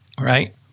right